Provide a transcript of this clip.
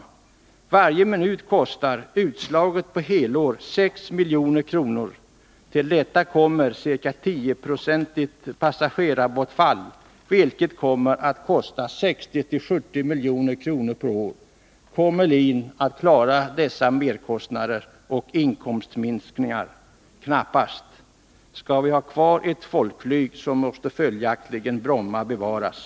Varje minut kostar utslaget på helår 6 milj.kr. Till detta kommer ett ca 10-procentigt passagerarbortfall, vilket kommer att kosta ca 60-70 milj.kr. per år. Kommer LIN att klara dessa merkostnader och inkomstminskningar? Knappast. Skall vi ha kvar ett folkflyg måste följaktligen Bromma bevaras.